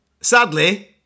Sadly